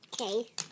Okay